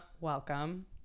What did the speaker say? Welcome